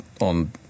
on